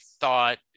thought